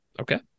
Okay